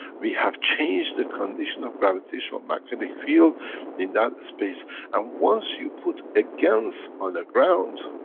we have changed the condition of gravitational-magnetic field in that space and once you put a gans on a ground,